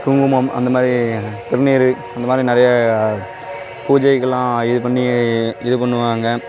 குங்குமம் அந்தமாதிரி திருநீர் அந்தமாதிரி நிறைய பூஜைகள் எல்லாம் இது பண்ணி இது பண்ணுவாங்க